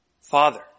Father